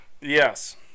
Yes